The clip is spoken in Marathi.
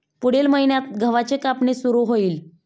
पुढील महिन्यात गव्हाची कापणी सुरू होईल